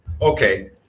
Okay